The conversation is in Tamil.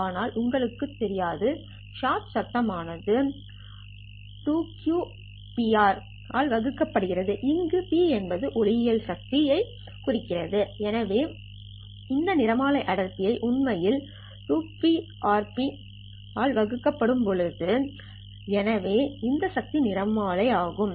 ஆனால் உங்களுக்குத் தெரியாது ஷாட் சத்தம் ஆனது 2qRP ஆல் வழங்கப்பட்டது அங்கு P என்பது ஒளியியல் சக்தி குறிக்கிறது எனவே இந்த நிறமாலை அடர்த்தி உண்மையில் 2q ஆல் வழங்கப்பட்டது எனவே இது சக்தி நிறமாலை அடர்த்தி ஆகும்